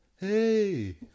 hey